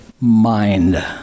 mind